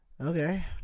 Okay